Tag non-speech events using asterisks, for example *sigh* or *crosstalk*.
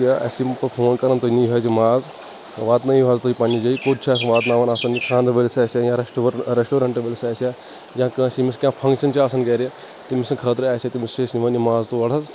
یا simple phone کران تُہۍ نِیِو حظ یہِ ماز واتنٲوِو حظ تُہۍ پَننہِ لیٚج پوٗر چھِ اَسہِ واتناون *unintelligible* خانٛدرٕ وٲلِس آسَن یا ریسٹورور رِیسٹورَنٛٹ وٲلِس یا یا کٲنٛسہِ ییٚمِس کیٚنٛہہ فَنٛگشَن چھِ آسان گَرِ تٔمہِ سٕنٛدِ خٲطرٕ آسہِ *unintelligible* أسۍ نِمو یہِ ماز تور حظ